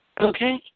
Okay